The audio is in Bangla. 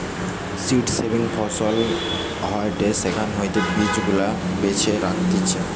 সীড সেভিং ফসল ফলন হয়টে সেখান হইতে বীজ গুলা বেছে রাখতিছে